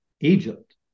Egypt